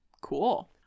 cool